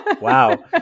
wow